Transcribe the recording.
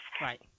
Right